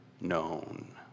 known